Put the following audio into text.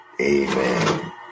Amen